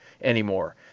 anymore